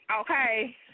okay